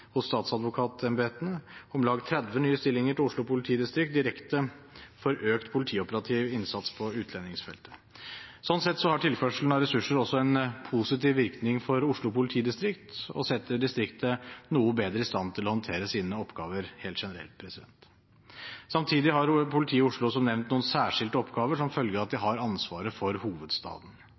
hos statsadvokatembetene og om lag 30 nye stillinger til Oslo politidistrikt direkte for økt politioperativ innsats på utlendingsfeltet. Sånn sett har tilførselen av ressurser også en positiv virkning for Oslo politidistrikt og setter distriktet noe bedre i stand til å håndtere sine oppgaver helt generelt. Samtidig har politiet i Oslo, som nevnt, noen særskilte oppgaver som følge av at de har ansvaret for hovedstaden.